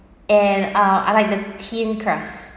and ah I'd like the thin crust